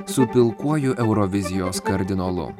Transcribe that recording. su pilkuoju eurovizijos kardinolu